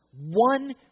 One